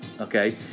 Okay